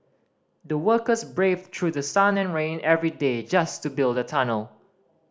the workers braved through sun and rain every day just to build the tunnel